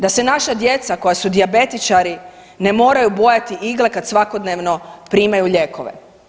Da se naša djeca koja su dijabetičari ne moraju bojati igle kad svakodnevno primaju lijekove.